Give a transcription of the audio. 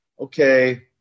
okay